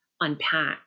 unpack